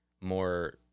more